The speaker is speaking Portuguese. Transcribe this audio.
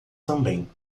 também